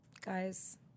Guys